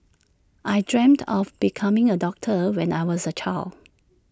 I dreamt of becoming A doctor when I was A child